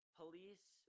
police